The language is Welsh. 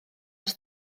ers